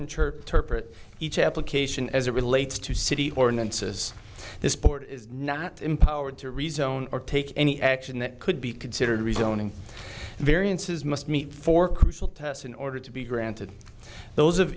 interpret each application as it relates to city ordinances this port is not empowered to rezone or take any action that could be considered rezoning variances must meet for crucial tests in order to be granted those